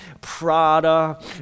prada